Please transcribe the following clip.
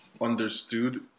understood